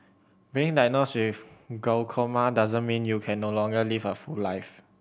being diagnosed with glaucoma doesn't mean you can no longer live a full life